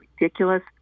ridiculous